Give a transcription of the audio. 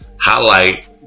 highlight